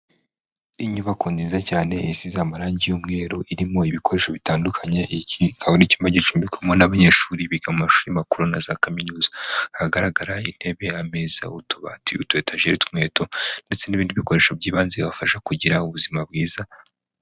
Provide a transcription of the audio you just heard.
Inyubako nziza cyane isize amarangi y'umweru irimo ibikoresho bitandukanye ikigo gicumbikamo abanyeshuri biga mu mashuri makuru na za kaminuza ahagaragara iteme ameza, utubati, ututajeri tw'inkweto ndetse n'ibindi bikoresho by'ibanze bibafasha kugira ubuzima bwiza.